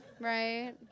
Right